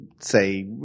say